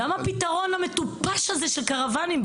למה הפתרון המטופש הזה של קרוואנים?